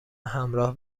همراه